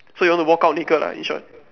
so you want to walk out naked ah in short